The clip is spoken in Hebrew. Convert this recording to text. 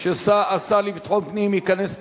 שהשר לביטחון פנים ייכנס פנימה,